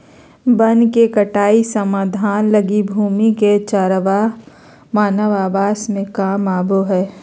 वन के कटाई समाधान लगी भूमि के चरागाह मानव आवास में काम आबो हइ